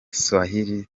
swahili